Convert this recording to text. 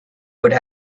would